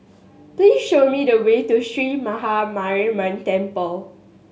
please show me the way to Sree Maha Mariamman Temple